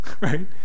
Right